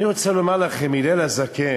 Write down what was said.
אני רוצה לומר לכם: הלל הזקן,